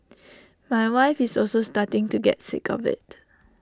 my wife is also starting to get sick of IT